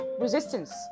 resistance